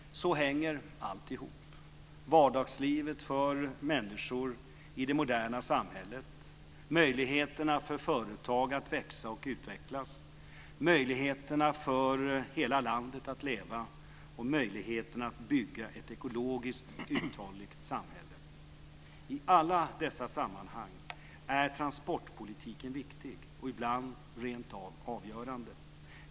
Så hänger allt ihop - vardagslivet för människor i det moderna samhället, möjligheterna för företag att växa och utvecklas, möjligheterna för hela landet att leva och möjligheterna att bygga ett ekologiskt uthålligt samhälle. I alla dessa sammanhang är transportpolitiken viktig och ibland rent av avgörande.